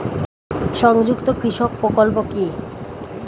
সংযুক্ত কৃষক প্রকল্প কি?